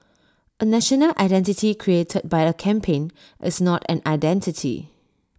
A national identity created by A campaign is not an identity